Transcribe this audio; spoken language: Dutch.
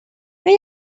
kan